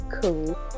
cool